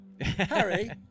Harry